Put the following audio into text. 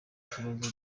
ikibazo